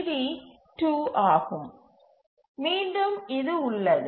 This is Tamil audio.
டி 2 ஆகும் மீண்டும் இது உள்ளது